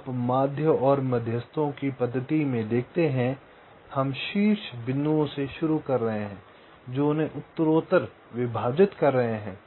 आप माध्य और मध्यस्थों की पद्धति में देखते हैं हम शीर्ष सभी बिंदुओं से शुरू कर रहे हैं जो उन्हें उत्तरोत्तर विभाजित कर रहे हैं